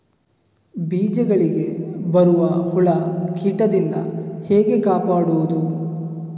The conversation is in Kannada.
ಬೀಜಗಳಿಗೆ ಬರುವ ಹುಳ, ಕೀಟದಿಂದ ಹೇಗೆ ಕಾಪಾಡುವುದು?